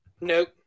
Nope